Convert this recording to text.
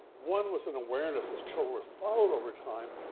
one was an awareness as children were followed over time,